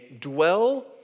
dwell